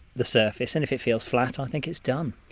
the surface and if it feels flat i think it's done.